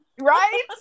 right